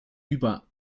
über